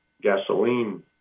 gasoline